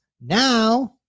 Now